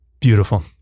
Beautiful